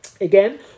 Again